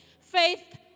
faith